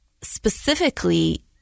specifically